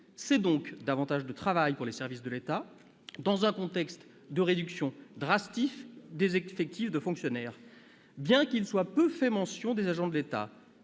C'est donc davantage de travail pour les services de l'État, dans un contexte de réduction drastique des effectifs de fonctionnaires. Bien qu'il y soit peu fait mention des agents de l'État,